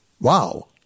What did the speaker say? Wow